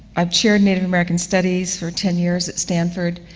i'm chair of native american studies for ten years at stanford,